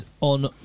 on